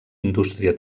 indústria